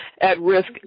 at-risk